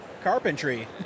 carpentry